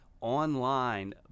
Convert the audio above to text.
online